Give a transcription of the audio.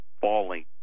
falling